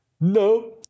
No